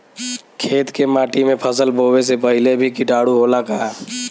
खेत के माटी मे फसल बोवे से पहिले भी किटाणु होला का?